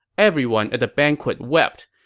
everyone at the banquet wept,